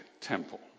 temple